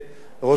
ראש העיר.